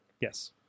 Yes